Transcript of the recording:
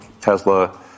Tesla